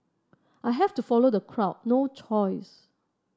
I have to follow the crowd no choice